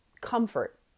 comfort